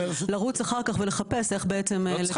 לרוץ אחר כך ולחפש איך בעצם לטפל.